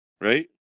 right